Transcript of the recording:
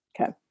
Okay